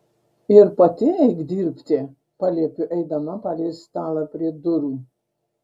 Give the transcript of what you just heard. ir pati eik dirbti paliepiu eidama palei stalą prie durų